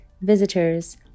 visitors